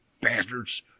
Bastards